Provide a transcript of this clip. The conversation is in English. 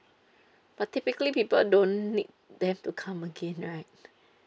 but typically people don't need them to come again right